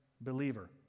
believer